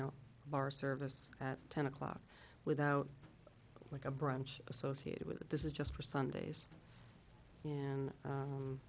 know bar service at ten o'clock without like a brunch associated with this is just for sundays and